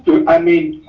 i mean,